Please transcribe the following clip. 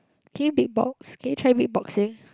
can you beatbox can you try beatboxing